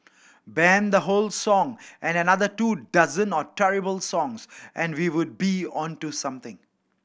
ban the whole song and another two dozen or terrible songs and we would be on to something